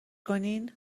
کنین